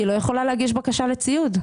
היא לא יכולה להגיש בקשה לציוד.